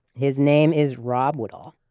his name is rob woodall.